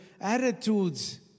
attitudes